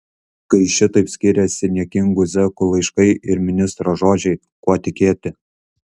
kai šitaip skiriasi niekingų zekų laiškai ir ministro žodžiai kuo tikėti